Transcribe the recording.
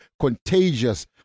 Contagious